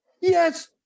yes